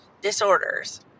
disorders